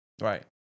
Right